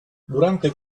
durante